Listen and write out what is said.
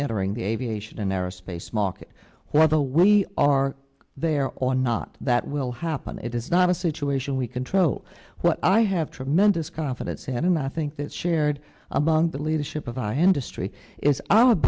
entering the aviation aerospace market where the we are there or not that will happen it is not a situation we control well i have tremendous confidence and in that i think that shared among the leadership of ai industry is o